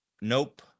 Nope